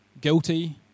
guilty